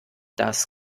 das